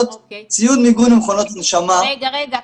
רגע,